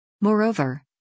Moreover